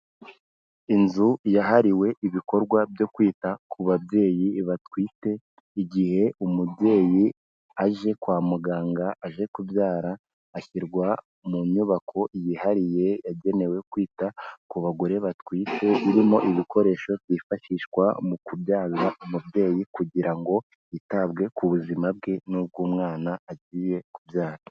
Inzu yahariwe ibikorwa byo kwita ku babyeyi batwite, igihe umubyeyi aje kwa muganga aje kubyara, ashyirwa mu nyubako yihariye yagenewe kwita ku bagore batwite, irimo ibikoresho byifashishwa mu kubyara umubyeyi kugira ngo yitabwe ku buzima bwe, n'ubw'umwana agiye kubyara.